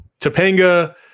Topanga